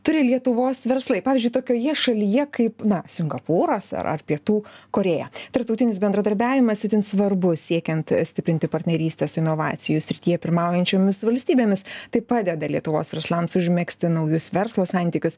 turi lietuvos verslai pavyzdžiui tokioje šalyje kaip na singapūras ar ar pietų korėja tarptautinis bendradarbiavimas itin svarbus siekiant stiprinti partnerystes inovacijų srityje pirmaujančiomis valstybėmis tai padeda lietuvos verslams užmegzti naujus verslo santykius